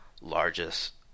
largest